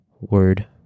word